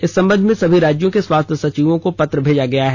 इस संबंध में सभी राज्यों के स्वास्थ्य सचिव को पत्र भेजा गया है